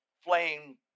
flame